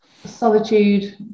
solitude